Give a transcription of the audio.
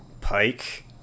Pike